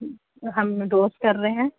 ہم روز کر رہے ہیں